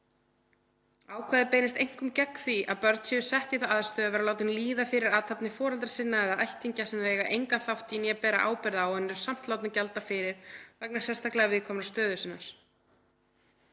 Ákvæðið beinist einkum gegn því að börn séu sett í þá aðstöðu að vera látin líða fyrir athafnir foreldra sinna eða ættingja, sem þau eiga engan þátt í né bera ábyrgð á, en eru samt látin gjalda fyrir vegna sérstaklega viðkvæmrar stöðu sinnar.